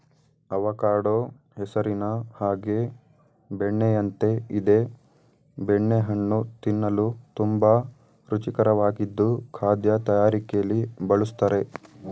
avocado ಹೆಸರಿನ ಹಾಗೆ ಬೆಣ್ಣೆಯಂತೆ ಇದೆ ಬೆಣ್ಣೆ ಹಣ್ಣು ತಿನ್ನಲು ತುಂಬಾ ರುಚಿಕರವಾಗಿದ್ದು ಖಾದ್ಯ ತಯಾರಿಕೆಲಿ ಬಳುಸ್ತರೆ